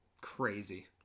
crazy